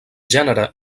gènere